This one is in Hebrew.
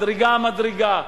מדרגה-מדרגה,